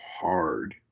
hard